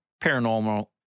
paranormal